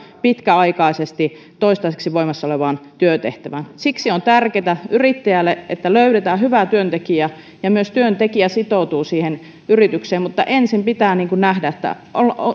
pitkäaikaisesti toistaiseksi voimassa olevaan työtehtävään siksi on tärkeätä yrittäjälle että löydetään hyvä työntekijä ja myös työntekijä sitoutuu siihen yritykseen mutta ensin pitää nähdä